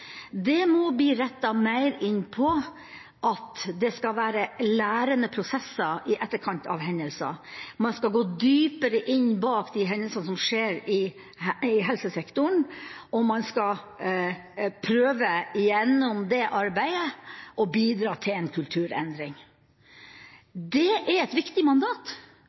Det må bli rettet mer inn mot at det skal være lærende prosesser i etterkant av hendelser. Man skal gå dypere inn bak de hendelsene som skjer i helsesektoren, og man skal prøve gjennom det arbeidet å bidra til en kulturendring. Det er et viktig mandat